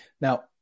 Now